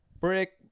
Brick